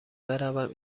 بروم